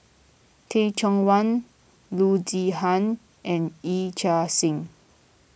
Teh Cheang Wan Loo Zihan and Yee Chia Hsing